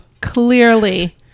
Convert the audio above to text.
Clearly